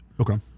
Okay